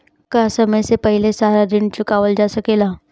का समय से पहले सारा ऋण चुकावल जा सकेला?